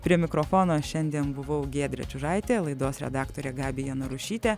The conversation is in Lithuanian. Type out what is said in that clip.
prie mikrofono šiandien buvau giedrė čiužaitė laidos redaktorė gabija narušytė